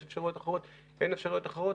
יש אפשרויות אחרות או אין אפשרויות אחרות,